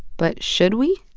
but should we?